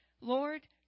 Lord